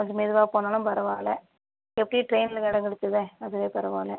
கொஞ்சம் மெதுவாக போனாலும் பரவாயில்ல எப்படியும் ட்ரெயினில் இடம் கிடச்சுதே அதுவே பரவாயில்லை